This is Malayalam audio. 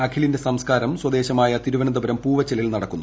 അഖിലിന്റെ സംസ്ക്കാരം സ്വദേശമായ തിരുവനന്തപുരം പൂവച്ചലിൽ നടന്നു